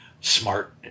smart